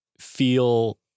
feel